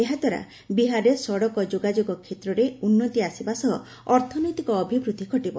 ଏହା ଦ୍ୱାରା ବିହାରରେ ସଡ଼କ ଯୋଗାଯୋଗ କ୍ଷେତ୍ରରେ ଉନ୍ନତି ଆସିବା ସହ ଅର୍ଥନୈତିକ ଅଭିବୃଦ୍ଧି ଘଟିବ